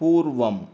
पूर्वम्